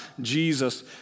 Jesus